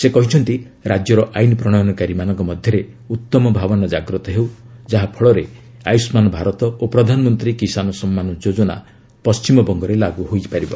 ସେ କହିଛନ୍ତି ରାଜ୍ୟର ଆଇନ ପ୍ରଣୟନକାରୀମାନଙ୍କ ମଧ୍ୟରେ ଉତ୍ତମ ଭାବନା ଜାଗ୍ରତ ହେଉ ଯାହାଫଳରେ ଆୟୁଷ୍ମାନ ଭାରତ ଓ ପ୍ରଧାନମନ୍ତ୍ରୀ କିଷାନ ସନ୍ମାନ ଯୋଜନା ପଣ୍ଟିମବଙ୍ଗରେ ଲାଗୁ ହୋଇପାରିବ